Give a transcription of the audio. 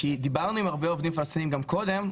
כי דיברנו עם הרבה עובדים פלסטינים גם קודם,